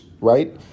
Right